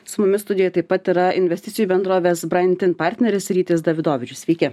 su mumis studijoj taip pat yra investicijų bendrovės braintin partneris rytis davidovičius sveiki